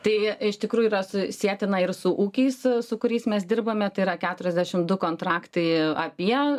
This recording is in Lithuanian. tai iš tikrųjų yra su sietina ir su ūkiais su kuriais mes dirbame tai yra keturiasdešimt du kontraktai apie